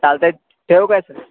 चालतं आहे ठेवू काय सर